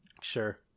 Sure